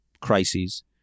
crises